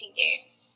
games